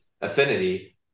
affinity